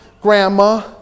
Grandma